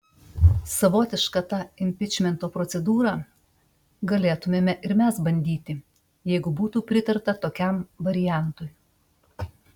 savotišką tą impičmento procedūrą galėtumėme ir mes bandyti jeigu būtų pritarta tokiam variantui